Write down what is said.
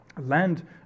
land